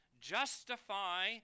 Justify